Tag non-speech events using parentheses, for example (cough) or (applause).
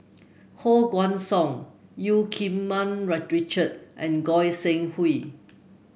Koh Guan Song Eu Keng Mun (unintelligible) Richard and Goi Seng Hui